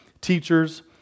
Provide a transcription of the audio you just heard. teachers